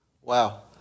Wow